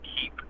keep